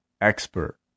expert